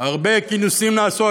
הרבה כינוסים נעשו,